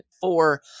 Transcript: four